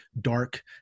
dark